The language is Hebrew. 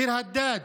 ביר הדאג',